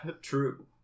True